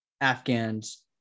Afghans